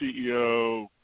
CEO